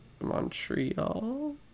montreal